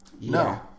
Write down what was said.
No